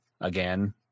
again